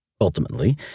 Ultimately